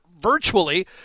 virtually